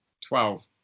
Twelve